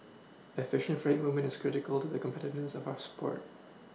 efficient freight movement is critical to the competitiveness of our sport